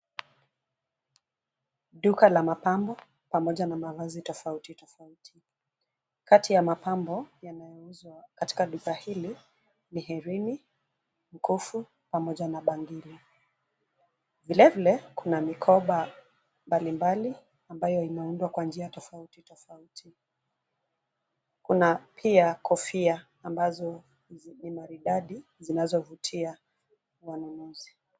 Duka la mapambo pamoja na mavazi tofauti tofauti. Kati ya mapambo yanayo uzwa katika duka hili ni herini, mkufu pamoja na bangili. Vile vile kuna mikoba mbali mbali ambayo inaundwa kwa njia tofauti tofauti. Kuna pia kofia ambazo ni maridadi, zinazovutia wanunuzi.